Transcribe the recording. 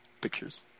pictures